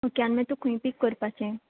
okay आनी मागीर तुका खुंय पीक कोरपाचें